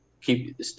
keep